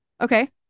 okay